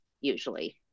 usually